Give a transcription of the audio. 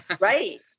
Right